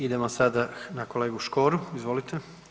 Idemo sada na kolegu Škoru, izvolite.